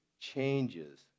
changes